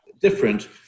different